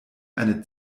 eine